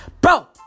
Bro